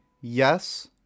yes